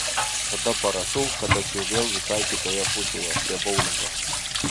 tada parašau kad aš jau vėl visai kitoje pusėje prie boulingo